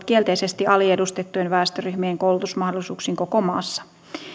kielteisesti aliedustettujen väestöryhmien koulutusmahdollisuuksiin koko maassa